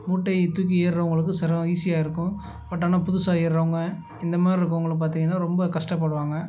மூட்டையத் தூக்கி ஏர்றவுங்களுக்கு செர ஈஸியாக இருக்கும் பட் ஆனால் புதுசாக ஏர்றவுங்க இந்த மாதிரி இருக்கவங்கள பார்த்திங்கன்னா ரொம்ப கஷ்டப்படுவாங்க